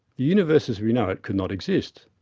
the universe as we know it could not exist.